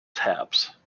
taps